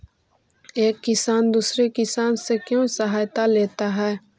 एक किसान दूसरे किसान से क्यों सहायता लेता है?